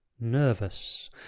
nervous